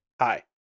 Hi